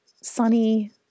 sunny